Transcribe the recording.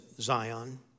Zion